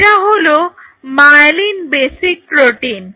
এটা হলো myelin basic protein